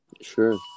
Sure